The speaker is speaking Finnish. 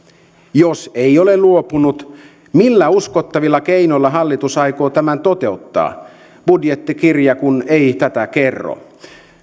jos ei ole luopunut millä uskottavilla keinoilla hallitus aikoo tämän toteuttaa budjettikirja ei tätä kerro